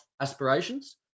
aspirations